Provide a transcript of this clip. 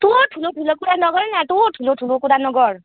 तँ ठुलो ठुलो कुरा नगरी रा तँ ठुलो ठुलो कुरा नगर्